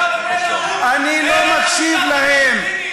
אתה פונה לאו"ם, אני לא מקשיב להם.